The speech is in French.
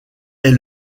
est